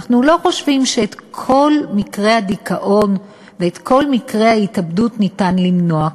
אנחנו לא חושבים שאת כל מקרי הדיכאון ואת כל מקרי ההתאבדות ניתן למנוע,